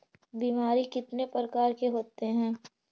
बीमारी कितने प्रकार के होते हैं?